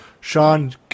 Sean